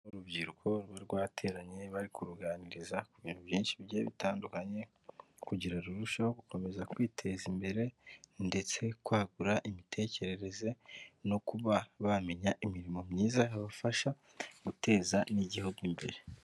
Urubyiruko ruba rwateranye bari kuruganiriza ku bintu byinshi bigiye bitandukanye, kugira rurusheho gukomeza kwiteza imbere ndetse kwagura imitekerereze no kuba bamenya imirimo myiza yabafasha guteza n'igihugu imbere.